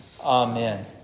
Amen